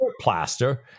plaster